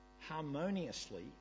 harmoniously